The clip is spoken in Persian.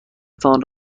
تان